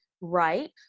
right